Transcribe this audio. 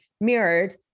mirrored